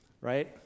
Right